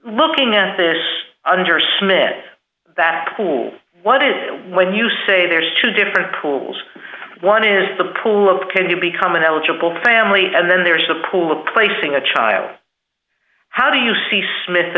looking at this under smith that cool what is when you say there's two different pools one is the pool of can you become an eligible family and then there's a pool of placing a child how do you see smith